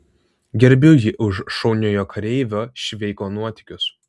gerbiu jį už šauniojo kareivio šveiko nuotykius